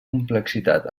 complexitat